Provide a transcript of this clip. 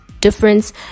difference